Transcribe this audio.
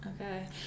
Okay